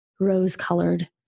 rose-colored